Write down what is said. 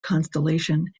constellation